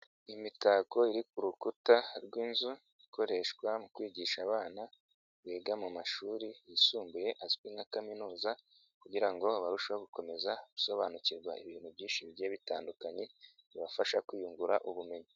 Imitako iri ku rukuta rw'inzu, ikoreshwa mu kwigisha abana, biga mu mashuri yisumbuye azwi nka kaminuza kugira ngo barusheho gukomeza gusobanukirwa ibintu byinshi bigiye bitandukanye, bibafasha kwiyungura ubumenyi.